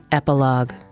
epilogue